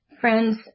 Friends